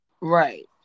right